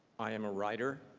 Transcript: i am a writer.